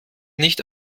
nicht